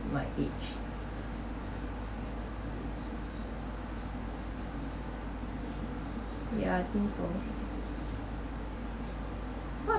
my age ya I think so what